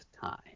time